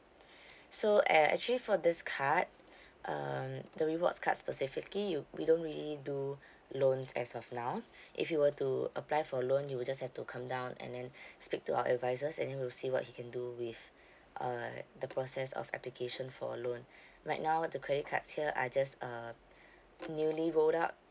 so ac~ actually for this card um the rewards card specifically you we don't really do loans as of now if you were to apply for a loan you'll just have to come down and then speak to our advisers and then we'll see what he can do with uh the process of application for a loan right now the credit card here are just uh newly rolled out